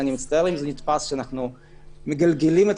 אני מצטער אם נתפס שאנחנו מגלגלים את